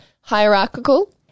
hierarchical